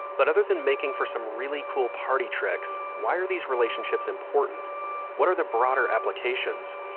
but other than making for some really cool party tricks why are these relationships important what are the broader applications?